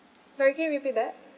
sorry can you repeat that